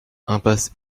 impasse